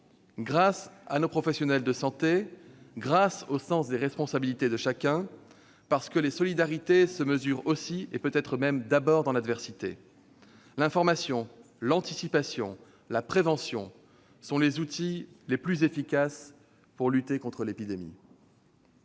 grâce à nos professionnels de santé, grâce au sens des responsabilités de chacun, parce que les solidarités se mesurent aussi et peut-être même d'abord dans l'adversité. L'information, l'anticipation et la prévention sont les outils les plus efficaces pour lutter contre l'épidémie.